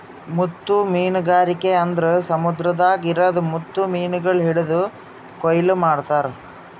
ಮುತ್ತು ಮೀನಗಾರಿಕೆ ಅಂದುರ್ ಸಮುದ್ರದಾಗ್ ಇರದ್ ಮುತ್ತು ಮೀನಗೊಳ್ ಹಿಡಿದು ಕೊಯ್ಲು ಮಾಡ್ತಾರ್